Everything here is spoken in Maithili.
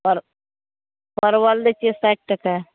परवल दैत छियै साठि टके